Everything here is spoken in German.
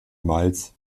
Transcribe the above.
miles